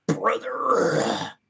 Brother